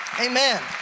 amen